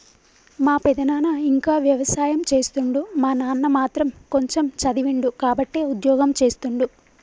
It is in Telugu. మా పెదనాన ఇంకా వ్యవసాయం చేస్తుండు మా నాన్న మాత్రం కొంచెమ్ చదివిండు కాబట్టే ఉద్యోగం చేస్తుండు